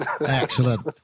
Excellent